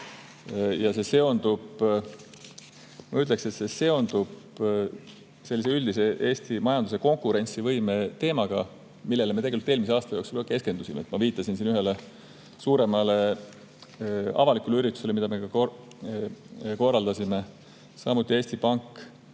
See seondub sellise üldise Eesti majanduse konkurentsivõime teemaga, millele me tegelikult eelmisel aastal keskendusime. Ma viitasin siin ühele suuremale avalikule üritusele, mida me korraldasime, samuti lõi Eesti Pank